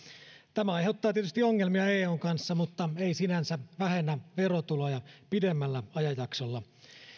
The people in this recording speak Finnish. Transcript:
tämä aiheuttaa tietysti ongelmia eun kanssa mutta ei sinänsä vähennä verotuloja pidemmällä ajanjaksolla